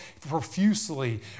profusely